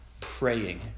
praying